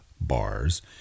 Bars